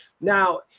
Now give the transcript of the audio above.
Now